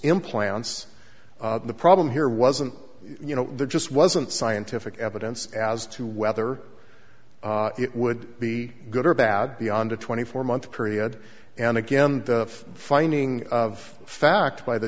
implants the problem here wasn't you know the just wasn't scientific evidence as to whether it would be good or bad beyond a twenty four month period and again the finding of fact by the